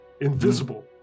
invisible